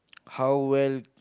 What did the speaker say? how well